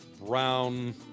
brown